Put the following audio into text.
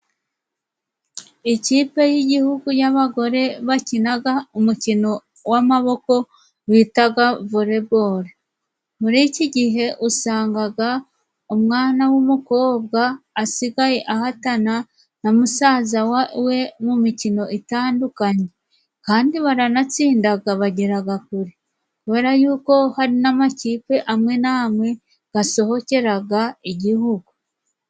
Ikipe y’igihugu y’abagore bakinaga umukino w’amaboko bitaga voleboro. Muri iki gihe, usangaga umwana w’umukobwa asigaye ahatana na musaza we mu mikino itandukanye, kandi baranatsindaga, bageraga kure, kubera y’uko hari n’amakipe amwe n’amwe gasohokeraga igihugu.